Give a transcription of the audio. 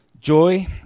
Joy